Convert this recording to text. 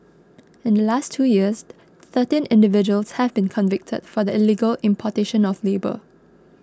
in the last two years thirteen individuals have been convicted for the illegal importation of labour